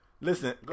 Listen